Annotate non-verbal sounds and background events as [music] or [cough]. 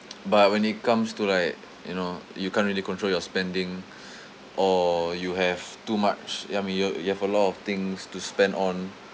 but when it comes to like you know you can't really control your spending [breath] or you have too much I mean you you have a lot of things to spend on